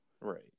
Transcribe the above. Right